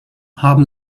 haben